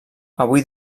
avui